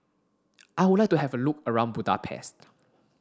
I would like to have a look around Budapest